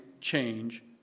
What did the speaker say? change